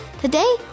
Today